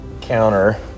counter